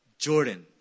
Jordan